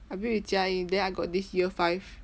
I bid with jia ying then I got this year five